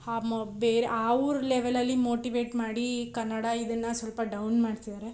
ಆ ಮೊಬ್ ಬೇರೆ ಅವರ್ ಲೆವಲಲ್ಲಿ ಮೋಟಿವೇಟ್ ಮಾಡಿ ಈ ಕನ್ನಡ ಇದನ್ನು ಸ್ವಲ್ಪ ಡೌನ್ ಮಾಡ್ತಿದ್ದಾರೆ